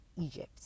egypt